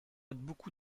beaucoup